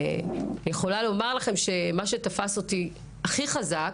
אני יכולה לומר לכם שמה שתפס אותי הכי חזק